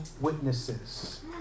witnesses